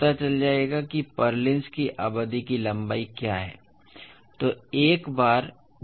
पता चल जाएगा कि पुर्लिन्स की अवधि की लंबाई क्या है ठीक है